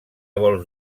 vols